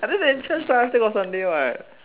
other than church lah still got sunday what